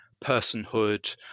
personhood